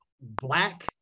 black